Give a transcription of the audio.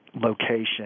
location